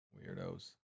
weirdos